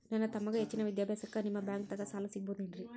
ನನ್ನ ತಮ್ಮಗ ಹೆಚ್ಚಿನ ವಿದ್ಯಾಭ್ಯಾಸಕ್ಕ ನಿಮ್ಮ ಬ್ಯಾಂಕ್ ದಾಗ ಸಾಲ ಸಿಗಬಹುದೇನ್ರಿ?